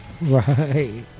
Right